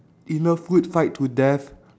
in a food fight to death